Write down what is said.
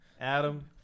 Adam